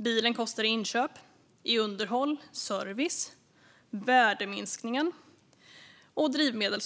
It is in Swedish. Bilen kostar i inköp, underhåll och service, värdeminskning och drivmedel.